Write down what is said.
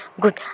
Good